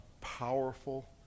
powerful